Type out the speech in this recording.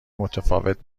متفاوت